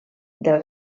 del